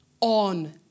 on